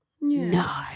No